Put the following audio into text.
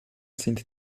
sind